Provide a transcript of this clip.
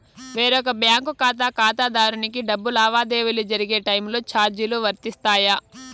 వేరొక బ్యాంకు ఖాతా ఖాతాదారునికి డబ్బు లావాదేవీలు జరిగే టైములో చార్జీలు వర్తిస్తాయా?